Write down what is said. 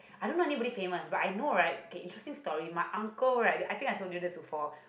I don't know anybody famous but I know right okay interesting story my uncle right I think I told you this before